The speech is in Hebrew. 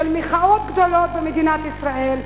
של מחאות גדולות במדינת ישראל?